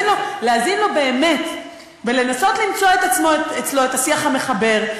להאזין לו באמת ולנסות למצוא אצלו את השיח המחבר,